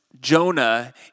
Jonah